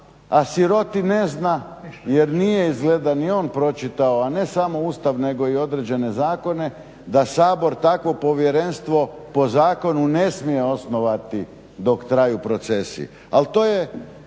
a siroti ne zna jer nije izgleda ni on pročitao ne samo Ustav nego i određene zakone, da Sabor takvo povjerenstvo po zakonu ne smije osnovati dok traju procesi.